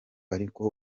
ariko